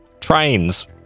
Trains